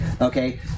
okay